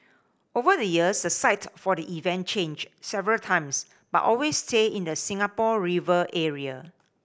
over the years the site for the event changed several times but always stayed in the Singapore River area